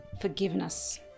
forgiveness